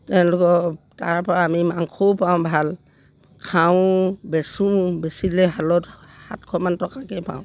তেওঁলোকৰ তাৰপৰা আমি মাংসও পাওঁ ভাল খাওঁ বেচোঁও বেচিলে হালত সাতশমান টকাকৈ পাওঁ